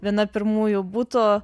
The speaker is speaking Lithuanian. viena pirmųjų būtų